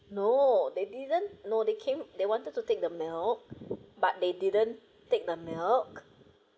no they didn't no they came they wanted to take the milk but they didn't take the milk